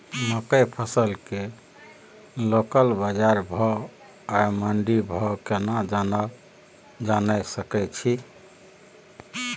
मकई फसल के लोकल बाजार भाव आ मंडी भाव केना जानय सकै छी?